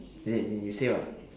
as in as in you say what